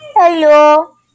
Hello